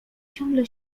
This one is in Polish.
ciągle